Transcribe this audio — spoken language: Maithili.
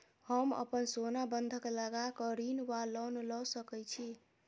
हम अप्पन सोना बंधक लगा कऽ ऋण वा लोन लऽ सकै छी?